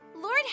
Lord